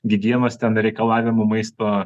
gi dievas ten reikalavimų maisto